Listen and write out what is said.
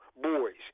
boys